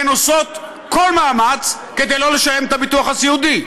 הן עושות כל מאמץ כדי לא לשלם את הביטוח הסיעודי.